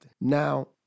Now